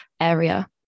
area